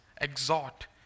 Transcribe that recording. exhort